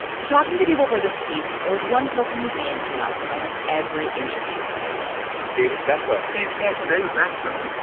so talking to people for this piece, there was one person whose name came up in almost every interview that i did david beckham. david beckham. david beckham